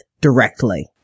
directly